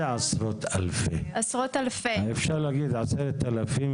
אפשר להגיד 10,000,